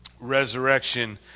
resurrection